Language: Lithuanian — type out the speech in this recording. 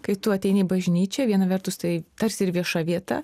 kai tu ateini į bažnyčią viena vertus tai tarsi ir vieša vieta